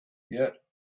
yet